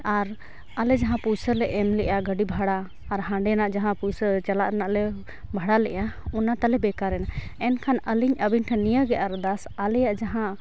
ᱟᱨ ᱟᱞᱮ ᱡᱟᱦᱟᱸ ᱯᱩᱭᱥᱟᱹ ᱞᱮ ᱮᱢ ᱞᱮᱫᱼᱟ ᱜᱟᱹᱰᱤ ᱵᱷᱟᱲᱟ ᱟᱨ ᱦᱟᱸᱰᱮᱱᱟᱜ ᱡᱟᱦᱟᱸ ᱯᱩᱭᱥᱟᱹ ᱪᱟᱞᱟᱜ ᱨᱮᱱᱟᱜ ᱞᱮ ᱵᱷᱟᱲᱟ ᱞᱮᱫᱼᱟ ᱚᱱᱟ ᱛᱟᱞᱮ ᱵᱮᱠᱟᱨᱮᱱᱟ ᱮᱱᱠᱷᱟᱱ ᱟᱞᱤᱧ ᱟᱵᱤᱱ ᱴᱷᱮᱱ ᱱᱤᱭᱟᱹᱜᱮ ᱟᱨᱫᱟᱥ ᱟᱞᱮᱭᱟᱜ ᱡᱟᱦᱟᱸ